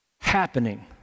happening